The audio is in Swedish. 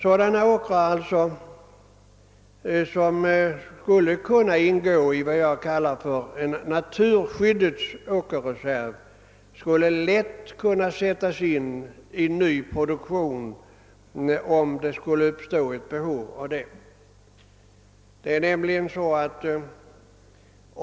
Sådana åkrar som skulle kunna ingå i vad jag kallar en naturskyddets åkerreserv skulle lätt kunna sättas in i en ny produktion, om behov därav upppstår.